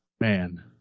man